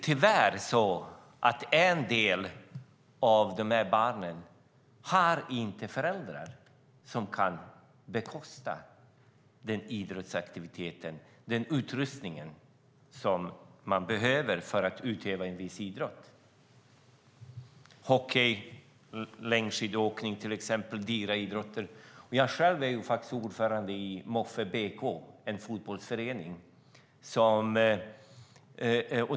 Tyvärr har en del av dessa barn inte föräldrar som kan bekosta en idrottsaktivitet och den utrustning som man behöver för att utöva en viss idrott. Hockey och längdskidåkning, till exempel, är dyra idrotter. Jag själv är ordförande i Moffe BK - en fotbollsförening.